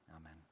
Amen